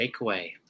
Takeaway